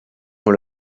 ont